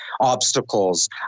obstacles